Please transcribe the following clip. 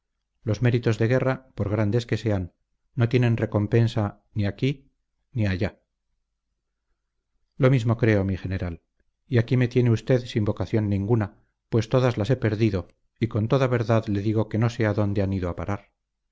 los méritos de guerra por grandes que sean no tienen recompensa ni aquí ni allá lo mismo creo mi general y aquí me tiene usted sin vocación ninguna pues todas las he perdido y con toda verdad le digo que no sé adónde han ido a parar